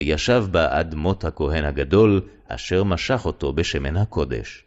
ישב באדמות הכהן הגדול, אשר משך אותו בשמן הקודש.